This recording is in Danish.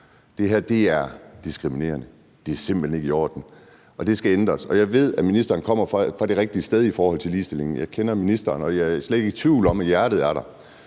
Det her er diskriminerende, det er simpelt hen ikke i orden, og det skal ændres. Jeg ved, at ministeren kommer fra det rigtige sted i forhold til ligestilling; jeg kender ministeren, og jeg er slet ikke i tvivl om, at hjertet er der